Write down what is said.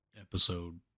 episode